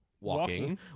walking